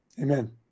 Amen